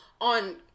On